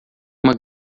uma